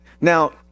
Now